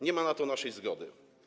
Nie ma na to naszej zgody.